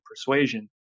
persuasion